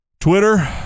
twitter